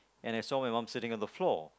and I saw my mom sitting on the floor